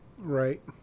Right